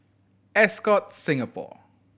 Ascott Singapore